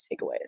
takeaways